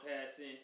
passing